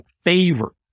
favor